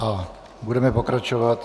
A budeme pokračovat.